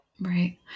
Right